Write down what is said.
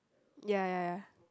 ya ya ya